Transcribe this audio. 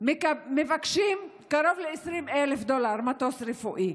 מבקשים קרוב ל-20,000 דולר, מטוס רפואי,